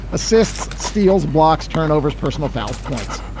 assists, steals, blocks, turnovers, personal fouls points.